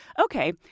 Okay